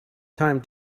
time